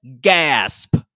gasp